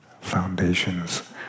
foundations